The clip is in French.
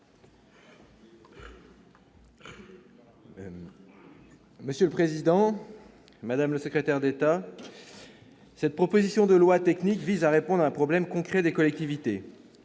Monsieur le Président, Madame le secrétaire d'État, cette proposition de loi technique vise à répondre à un problème concret des collectivités